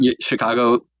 chicago